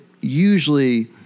usually